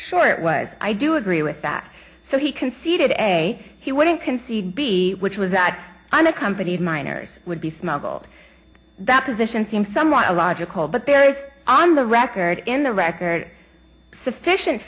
sure it was i do agree with that so he conceded a he wouldn't concede b which was that unaccompanied minors would be smuggled the opposition seem somewhat logical but there is on the record in the record sufficient